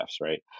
right